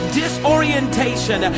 disorientation